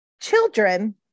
children